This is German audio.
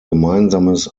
gemeinsames